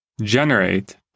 generate